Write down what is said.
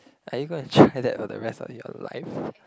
are you gonna try that for the rest of your life